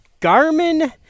Garmin